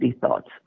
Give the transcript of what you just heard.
thoughts